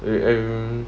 um